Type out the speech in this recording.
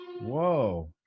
Whoa